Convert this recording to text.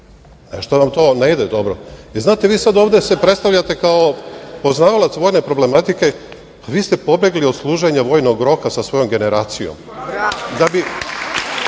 Nešto vam to ne ide dobro. Znate, vi se ovde predstavljate kao poznavalac vojne problematike, a vi ste pobegli od služenja vojnog roka sa svojom generacijom da bi